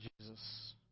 Jesus